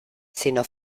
sino